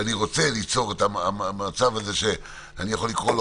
ואני רוצה ליצור את המצב הזה שאני יכול לקרוא לו